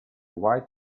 white